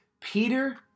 Peter